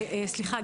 סליחה,